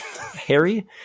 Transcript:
Harry